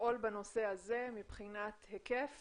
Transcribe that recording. לפעול בנושא הזה מבחינת היקף